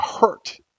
hurt